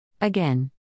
Again